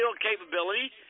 capability